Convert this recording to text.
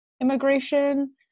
immigration